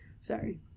Sorry